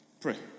Pray